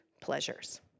pleasures